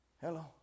Hello